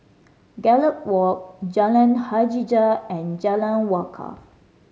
Gallop Walk Jalan Hajijah and Jalan Wakaff